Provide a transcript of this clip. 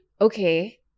okay